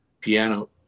piano